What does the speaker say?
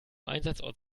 einsatzort